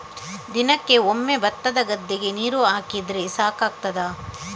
ದಿನಕ್ಕೆ ಒಮ್ಮೆ ಭತ್ತದ ಗದ್ದೆಗೆ ನೀರು ಹಾಕಿದ್ರೆ ಸಾಕಾಗ್ತದ?